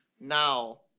Now